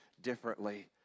differently